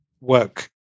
work